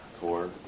core